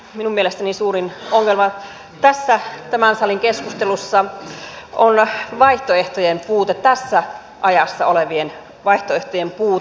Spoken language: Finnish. minun mielestäni suurin ongelma tässä tämän salin keskustelussa on tässä ajassa olevien vaihtoehtojen puute